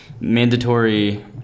mandatory